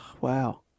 Wow